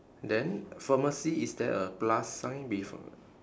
then pharmacy is there a plus sign befo~